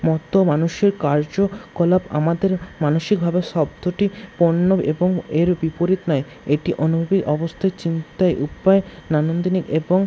মতো মানুষের কার্যকলাপ আমাদের মানসিকভাবে শব্দটির পণ্য এবং এর বিপরীত নয় এটি চিন্তায় উপায় নান্দনিক এবং